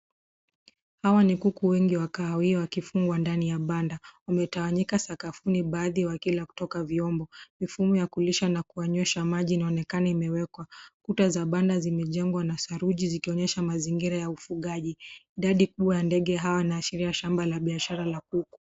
Hawa ni kuku wengi wa kahawia wakifungwa ndani ya banda. Wametawanyika sakafuni baadhi wakila kutoka vyombo. Mifumo ya kulisha na kuwanywesha maji inaonekana imewekwa. Kuta za banda zimejengwa na saruji zikionyesha mazingira ya ufugaji. Idadi kubwa ya ndege hawa inaashiria shamba la bishara la kuku.